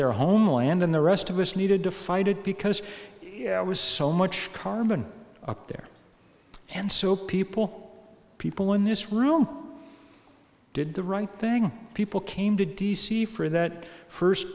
their homeland and the rest of us needed to fight it because it was so much carbon up there and so people people in this room did the right thing people came to d c for that first